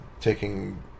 taking